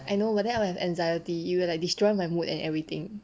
I know but then I will have anxiety it will like destroy my mood and everything